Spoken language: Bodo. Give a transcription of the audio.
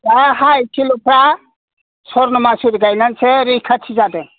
दा हा एसेल'फोरा स्वर्न'मासुरि गायनानैसो रैखाथि जादों